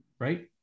right